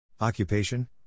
Occupation